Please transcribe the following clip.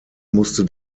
musste